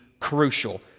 crucial